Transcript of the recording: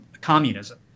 communism